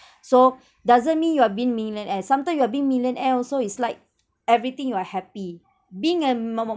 so doesn't mean you are being millionaire sometimes you are being millionaire also it's like everything you are happy being a mo~ mo~